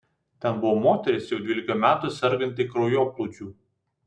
ten buvo viena moteris jau dvylika metų serganti kraujoplūdžiu